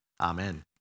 Amen